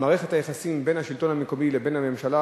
למערכת היחסים בין השלטון המקומי לממשלה,